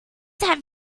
have